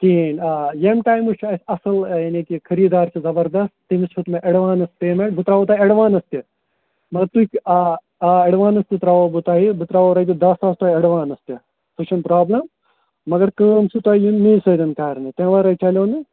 کِہیٖنٛۍ آ ییٚمہِ ٹایمہٕ چھُ اَسہِ اَصٕل یعنی کہِ خریٖدار چھِ زَبردَس تٔمِس ہیٚوت مےٚ ایٚڈوانٕس پیمٮ۪نٛٹ بہٕ ترٛاوَو تۄہہِ ایٚڈوانٕس تہِ مگر تُہۍ آ آ ایٚڈوانٕس تہِ ترٛاوو بہٕ تۄہہِ بہٕ ترٛاوَو رۄپیہِ دَہ ساس تۄہہِ ایٚڈوانٕس تہِ سُہ چھُنہٕ پرٛابلِم مگر کٲم چھُو تۄہہِ یُن میٚے سۭتۍ کَرنہِ تَمہِ وَرٲے چَلیو نہٕ